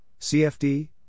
CFD